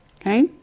okay